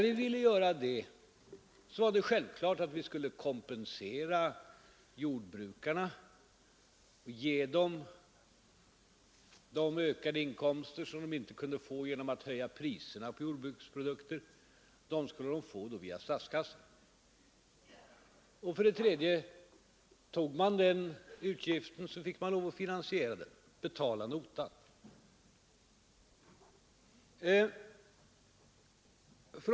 Det var för oss självklart att vi skulle kompensera jordbrukarna och via statskassan ge dem de ökade inkomster som de inte kunde få genom att höja priserna på jordbruksprodukter. Men tog man den utgiften, fick man också lov att finansiera den, betala notan.